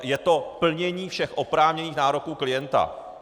Je to plnění všech oprávněných nároků klienta.